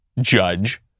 Judge